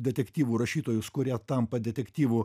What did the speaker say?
detektyvų rašytojus kurie tampa detektyvų